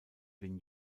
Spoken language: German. den